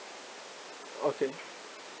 okay